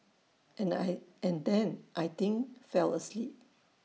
and I and then I think fell asleep